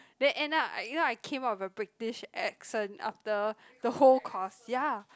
then end up I you know I came up with a British accent after the whole course ya